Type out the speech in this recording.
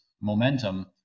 momentum